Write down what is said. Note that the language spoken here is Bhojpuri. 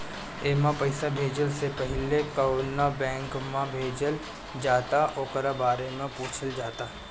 एमे पईसा भेजला से पहिले कवना बैंक में भेजल जाता ओकरा बारे में पूछल जाता